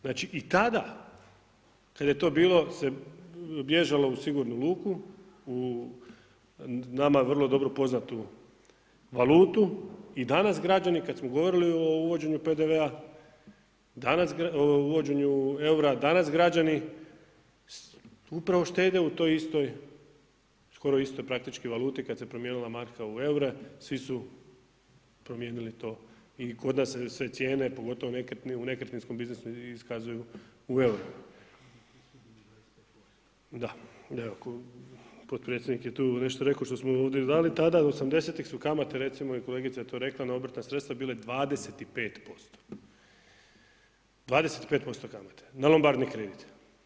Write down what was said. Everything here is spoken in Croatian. Znači i tada kada je to bilo se, bježao u sigurnu luku, u nama vrlo dobro poznatu valutu i danas građani kada smo govorili o uvođenju PDV, danas, o uvođenju, eura, danas građani upravo štede u toj istoj, skoro istoj praktički valuti kada se promijenila marka u eure, svi su promijenili to i kod nas se sve cijene, pogotovo u nekretninskom biznisu iskazuju u eurima. ... [[Upadica se ne čuje.]] Da, evo, potpredsjednik je tu nešto rekao što smo ovdje ... tada, '80.-tih su kamate recimo i kolegica je to rekla na obrtna sredstva bile 25%, 25% kamate na lombardni kredit.